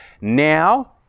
Now